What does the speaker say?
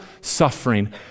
suffering